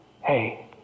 Hey